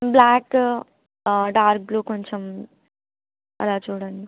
black dark blue కొంచెం అలా చూడండి